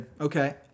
Okay